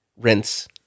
rinse